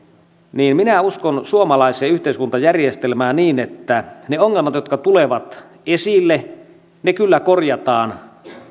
että minä uskon suomalaiseen yhteiskuntajärjestelmään niin että ne ongelmat jotka tulevat esille kyllä korjataan